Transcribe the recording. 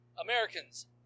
Americans